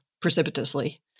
precipitously